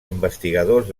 investigadors